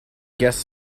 guest